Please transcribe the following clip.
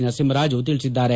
ನರಸಿಂಹರಾಜು ತಿಳಿಸಿದ್ದಾರೆ